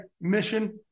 mission